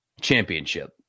championship